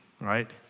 right